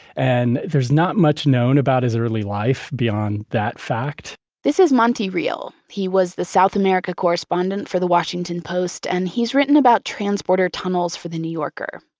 and there's not much known about his early life, beyond that fact this is monte reel. he was the south america correspondent for the washington post, and he's written about transporter tunnels for the new yorker.